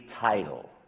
title